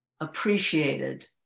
appreciated